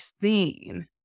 seen